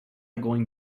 going